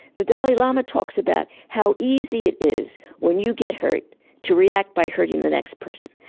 the dalai lama talks about how easy it is when you get hurt to react by hurting the next person.